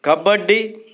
kabaddi